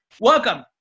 Welcome